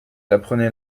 apprenez